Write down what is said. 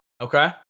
Okay